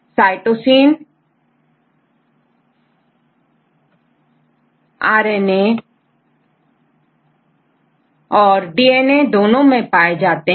cytosine RNA और DNA दोनों में पाए जाते हैं